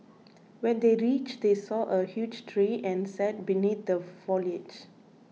when they reached they saw a huge tree and sat beneath the foliage